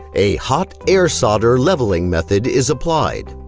a hot air solder leveling method is applied.